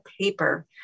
paper